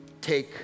take